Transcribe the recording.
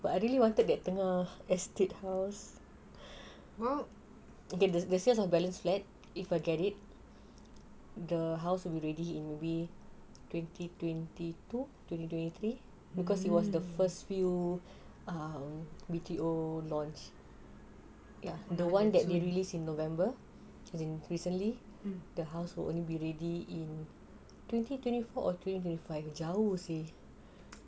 but I really wanted that tengah estate house get the the sales of balance flats if I get it the house will be ready in may twenty twenty two twenty twenty three because it was the first few B_T_O launch yes the one that they released in november as in recently the house will only be ready in twenty twenty four or twenty twenty five jauh seh